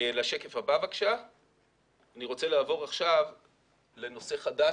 אני רוצה לעבור עכשיו לנושא חדש,